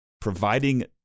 Providing